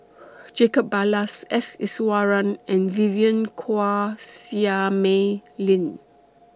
Jacob Ballas S Iswaran and Vivien Quahe Seah Mei Lin